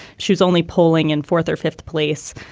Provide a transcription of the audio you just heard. she was only polling in fourth or fifth place.